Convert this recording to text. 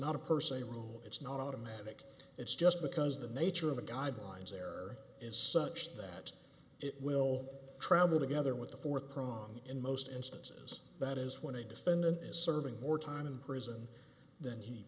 not a person a rule it's not automatic it's just because the nature of the guidelines there is such that it will travel together with the fourth prong in most instances that is when a defendant is serving more time in prison than he